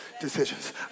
decisions